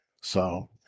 So-